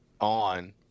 on